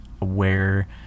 aware